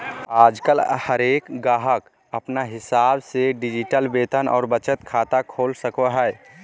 आजकल हरेक गाहक अपन हिसाब से डिजिटल वेतन और बचत खाता खोल सको हय